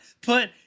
put